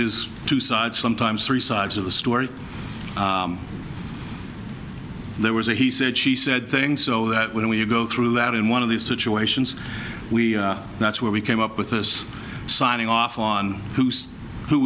is two sides sometimes three sides of the story there was a he said she said thing so that when you go through that in one of these situations we that's where we came up with us signing off on who's who